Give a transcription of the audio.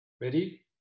Ready